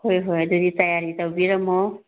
ꯍꯣꯏ ꯍꯣꯏ ꯑꯗꯨꯗꯤ ꯇꯥꯌꯥꯔꯤ ꯇꯧꯕꯤꯔꯝꯃꯣ